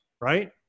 right